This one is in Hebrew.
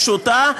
הפשוטה,